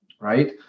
Right